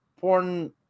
porn